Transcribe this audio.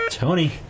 Tony